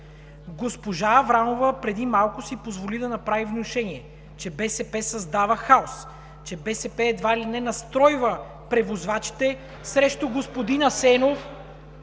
Госпожа Аврамова преди малко си позволи да направи внушение, че БСП създава хаос, че БСП едва ли не настройва превозвачите срещу господин Асенов…